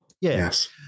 Yes